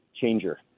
Changer